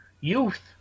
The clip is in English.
youth